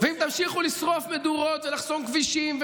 אם תמשיכו לשרוף מדורות ולחסום כבישים,